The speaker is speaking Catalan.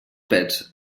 pets